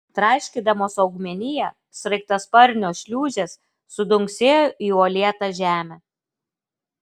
traiškydamos augmeniją sraigtasparnio šliūžės sudunksėjo į uolėtą žemę